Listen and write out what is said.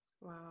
Wow